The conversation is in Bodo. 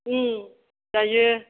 जायो